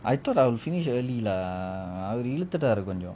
I thought I I'll finish early lah அவரு இழுத்துட்டாறு கொஞ்சம்:avaru izhuthutaru konjam